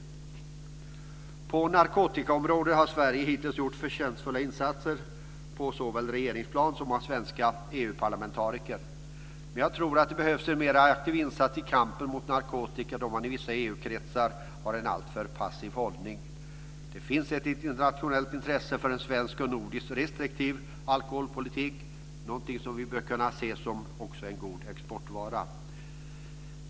På narkotikaområdet har Sverige hittills gjort förtjänstfulla insatser på regeringsplanet och genom svenska EU-parlamentariker. Men jag tror att det behövs en mer aktiv insats i kampen mot narkotika då man i vissa EU-kretsar har en alltför passiv hållning. Det finns ett internationellt intresse för en svensk och nordisk restriktiv alkoholpolitik. Det är någonting som vi också bör kunna se som en god exportvara.